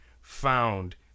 found